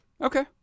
Okay